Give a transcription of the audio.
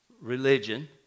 religion